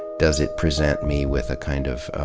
does it present me with a kind of,